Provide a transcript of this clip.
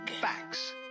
facts